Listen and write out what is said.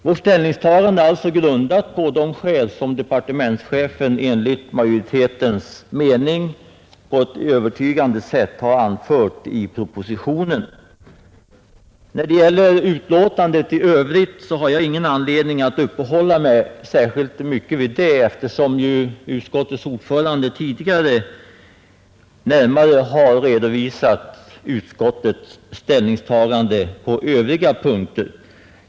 Vårt ställningstagande är alltså grundat på de skäl som departementschefen enligt majoritetens mening på ett övertygande sätt har anfört i propositionen. När det gäller utlåtandet i övrigt har jag ingen anledning att uppehålla mig särskilt mycket vid det, eftersom utskottets ordförande närmare har redovisat utskottets ställningstagande på övriga punkter.